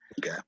Okay